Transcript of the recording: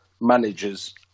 managers